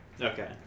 okay